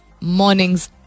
mornings